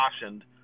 cautioned